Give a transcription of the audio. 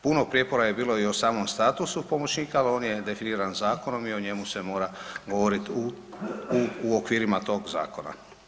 Puno prijepora je bilo i o samom statusu pomoćnika, ali on je definiran zakonom i o njemu se mora govoriti u okvirima tog zakona.